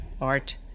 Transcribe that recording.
art